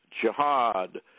jihad